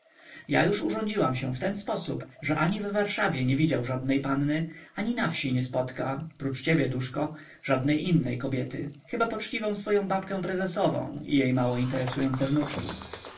ja już urządziłam się w ten sposób że ani w warszawie nie widział żadnej panny ani na wsi nie spotka prócz ciebie duszko żadnej innej kobiety chyba poczciwą swoją babkę prezesowę i jej mało interesujące wnuczki